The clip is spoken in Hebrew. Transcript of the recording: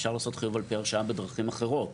אפשר לעשות חיוב על פי הרשאה בדרכים אחרות.